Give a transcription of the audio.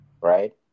right